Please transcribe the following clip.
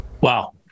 wow